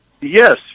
Yes